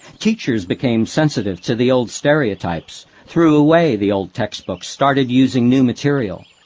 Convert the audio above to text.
teachers became sensitive to the old stereotypes, threw away the old textbooks, started using new material.